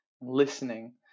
listening